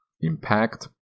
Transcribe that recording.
impact